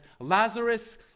Lazarus